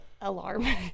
alarm